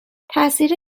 تاثیر